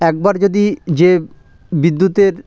একবার যদি যে বিদ্যুতের